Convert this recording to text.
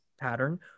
pattern